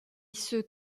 ceux